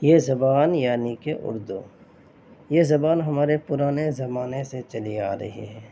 یہ زبان یعنی کہ اردو یہ زبان ہمارے پرانے زمانے سے چلی آ رہی ہے